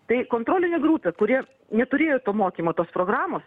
tai kontrolinė grupė kuri neturėjo to mokymo tos programos